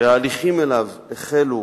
שההליכים אליו החלו